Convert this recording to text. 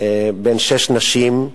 בין שש נשים.